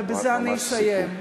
ובזה אני אסיים,